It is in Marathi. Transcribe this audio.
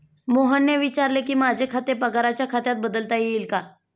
मोहनने विचारले की, माझे खाते पगाराच्या खात्यात बदलता येईल का